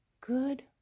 good